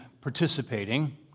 participating